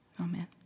Amen